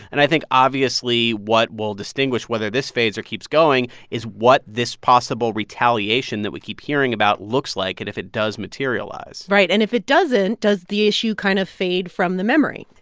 and i think, obviously, what will distinguish whether this fades or keeps going is what this possible retaliation that we keep hearing about looks like and if it does materialize right. and if it doesn't, does the issue kind of fade from the memory?